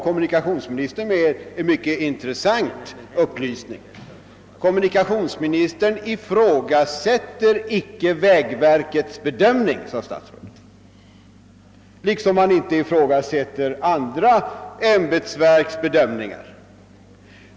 Kommunikationsministern lämnade här en mycket intressant upplysning: han ifrågasätter inte vägverkets bedömning, liksom han inte heller ifrågasätter andra ämbetsverks bedömningar.